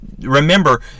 remember